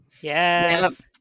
Yes